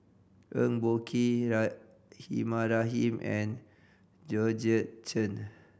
Eng Boh Kee Rahimah Rahim and Georgette Chen